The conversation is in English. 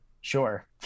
Sure